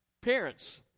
Parents